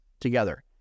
together